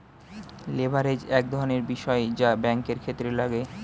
leverage এক ধরনের বিষয় যা ব্যাঙ্কের ক্ষেত্রে লাগে